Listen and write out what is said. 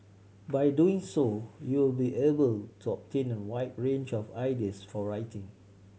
by doing so you will be able to obtain a wide range of ideas for writing